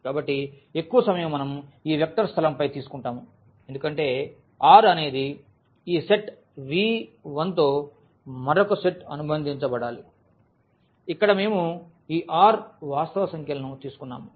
కాబట్టి ఎక్కువ సమయం మనం ఈ వెక్టర్ స్థలం పై తీసుకుంటాం ఎందుకంటే R అనేది ఈ సెట్ V1 తో మరొక సెట్ అనుబంధించబడాలి ఇక్కడ మేము ఈ R వాస్తవ సంఖ్యలను తీసుకున్నాము